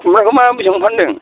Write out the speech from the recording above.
खुमब्राखौ मा बेसेबांआव फान्दों